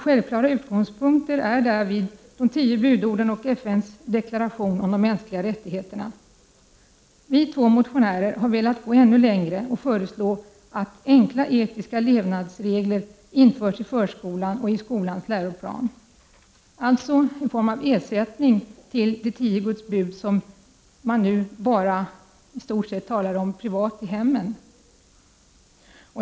Självklara utgångspunkter är därvidlag de tio budorden och FN:s deklaration om de mänskliga rättigheterna.” Vi två motionärer har velat gå ännu längre och föreslår att enkla etiska levnadsregler införs i förskolan och i skolans läroplan, alltså någon form av ersättning för de tio Guds bud, som man nu i stort sett bara talar om privat i hemmen.